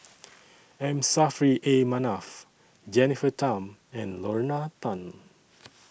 M Saffri A Manaf Jennifer Tham and Lorna